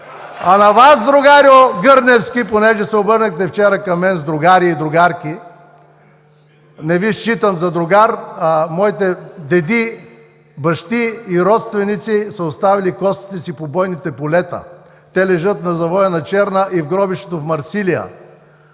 А на Вас, другарю Гърневски, понеже се обърнахте вчера към мен с другари и другарки, не Ви считам за другар. Моите деди, бащи и родственици са оставили костите си по бойните полета. Те лежат на завоя на Черна и в гробището в Марсилия.